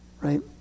right